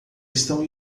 estão